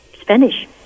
Spanish